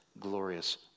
glorious